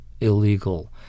illegal